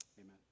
amen